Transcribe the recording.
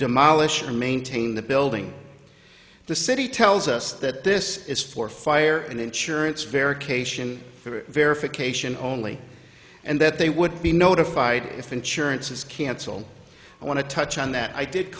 demolish or maintain the building the city tells us that this is for fire and insurance verification verification only and that they would be notified if insurance is cancelled i want to touch on that i did